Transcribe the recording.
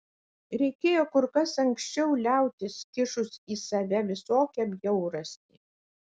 reikėjo kur kas anksčiau liautis kišus į save visokią bjaurastį